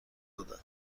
دادم